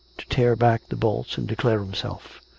to tear back the bolts and declare himself.